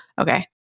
Okay